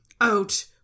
out